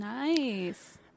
Nice